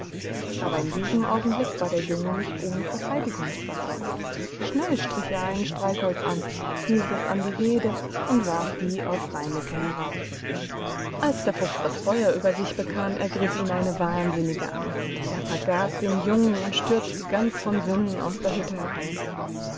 aber in diesem augenblick war der junge nicht ohne verteidigungswaffe schnell strich er ein streichholz an hielt es an die hede und warf die auf reineke herab alsderfuchsdasfeuerübersichbekam ergriffihneinewahnsinnige angst er vergaß den jungen und stürzte ganz von sinnen aus der hütte heraus